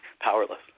powerless